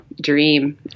dream